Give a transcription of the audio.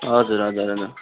हजुर हजुर